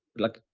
like.